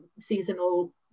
seasonal